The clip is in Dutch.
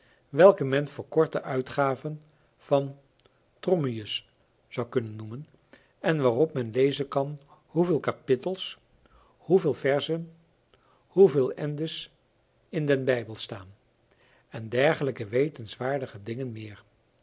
welke men verkorte uitgaven van trommius zou kunnen noemen en waarop men lezen kan hoeveel kapittels hoeveel verzen hoeveel ende's in den bijbel staan en dergelijke wetenswaardige dingen meer